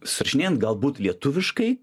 surašinėjant galbūt lietuviškai